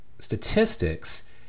statistics